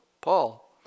Paul